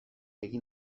egin